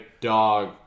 dog